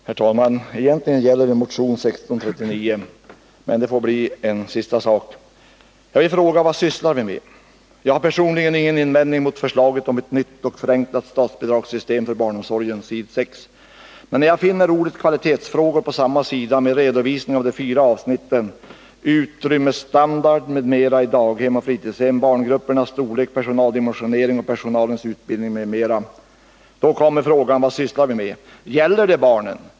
Herr talman! Egentligen gäller mitt anförande motion 1639, men det får bli en sista sak. Först vill jag fråga: Vad sysslar vi med? Jag har personligen ingen invändning mot förslaget om ”ett nytt och förenklat statsbidragssystem för barnomsorgen”, som det heter på s. 6 i betänkandet. Men när jag finner ordet ”kvalitetsfrågor” på samma sida med redovisning av de fyra avsnitten — ”Utrymmesstandard m.m. i daghem och fritidshem, Barngruppernas storlek, Personaldimensionering och Personalens utbildning m.m.” — kommer frågan: Vad sysslar vi med? Gäller det barnen?